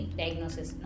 diagnosis